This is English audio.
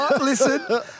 Listen